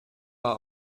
war